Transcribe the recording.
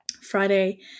Friday